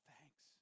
thanks